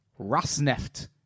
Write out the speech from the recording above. Rosneft